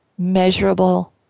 measurable